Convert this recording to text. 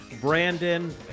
Brandon